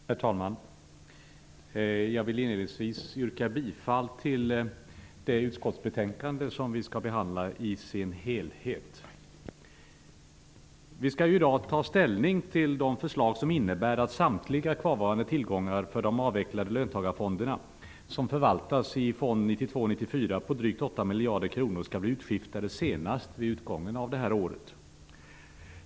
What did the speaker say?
Herr talman! Jag vill inledningsvis yrka bifall till hemställan i dess helhet i det utskottsbetänkande som vi nu skall behandla. Vi skall i dag ta ställning till förslag som innebär att samtliga kvarvarande tillgångar för de avvecklade löntagarfonderna som förvaltas i fond 92/94 på drygt 8 miljarder kronor skall bli utskiftade senast vid utgången av 1994.